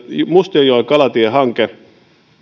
mustionjoen kalatiehanke